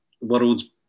world's